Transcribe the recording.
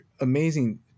amazing